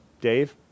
Dave